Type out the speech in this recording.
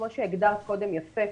כמו שהגדרת קודם יפה,